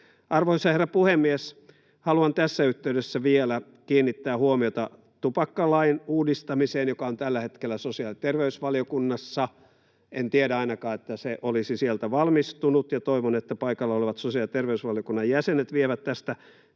Arvoisa herra puhemies! Haluan tässä yhteydessä vielä kiinnittää huomiota tupakkalain uudistamiseen, joka on tällä hetkellä sosiaali‑ ja terveysvaliokunnassa. En ainakaan tiedä, että se olisi sieltä valmistunut, ja toivon, että paikalla olevat sosiaali‑ ja terveysvaliokunnan jäsenet vievät tästä